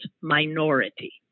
minority